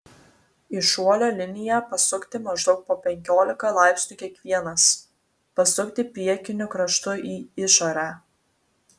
į šuolio liniją pasukti maždaug po penkiolika laipsnių kiekvienas pasukti priekiniu kraštu į išorę